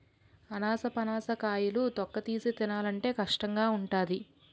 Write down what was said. అనాసపనస కాయలు తొక్కతీసి తినాలంటే కష్టంగావుంటాది